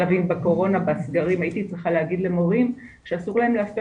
בקורונה בסגרים הייתי צריכה להגיד למורים שאסור להם להפר